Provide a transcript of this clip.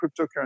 cryptocurrency